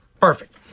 Perfect